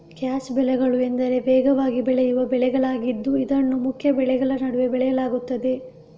catch ಬೆಳೆಗಳು ಎಂದರೆ ವೇಗವಾಗಿ ಬೆಳೆಯುವ ಬೆಳೆಗಳಾಗಿದ್ದು ಇದನ್ನು ಮುಖ್ಯ ಬೆಳೆಗಳ ನಡುವೆ ಬೆಳೆಯಲಾಗುತ್ತದೆ